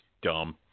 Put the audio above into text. dumb